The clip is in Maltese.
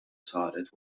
saret